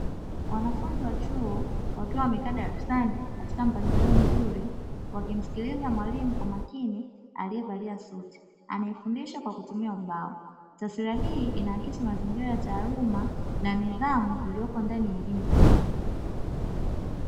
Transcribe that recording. Wanafunzi wa chuo wakiwa wamekaa darasani katika mpangilio mzuri wakimsikiliza mwalimu kwa makini aliyevalia suti, anayefundisha kwa kutumia ubao, taswira hii inaakisi mazingira ya taaluma na nidhamu iliyopo ndani ya elimu za juu.